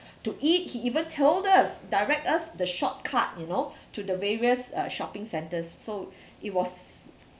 to eat he even told us direct us the shortcut you know to the various uh shopping centres so it was